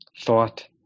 thought